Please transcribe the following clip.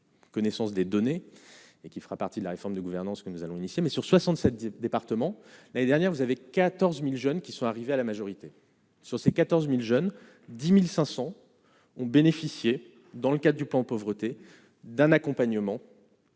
connaissance des données et qui fera partie de la réforme du gouvernement, ce que nous allons initier mais sur 67 départements l'année dernière, vous avez 14000 jeunes qui sont arrivés à la majorité, sur ces 14000 jeunes 10500 ont bénéficié dans le cas du plan pauvreté d'un accompagnement.